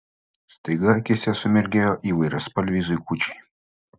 staiga akyse sumirgėjo įvairiaspalviai zuikučiai